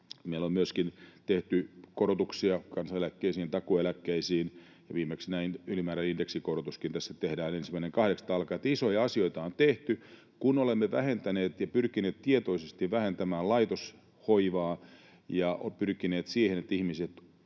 Meillä on myöskin tehty korotuksia kansaneläkkeisiin ja takuueläkkeisiin, ja viimeksi tehdään ylimääräinen indeksikorotuskin 1.8. alkaen. Isoja asioita on tehty. Kun olemme vähentäneet ja pyrkineet tietoisesti vähentämään laitoshoivaa ja pyrkineet siihen, että ihmiset